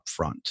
upfront